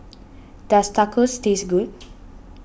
does Tacos taste good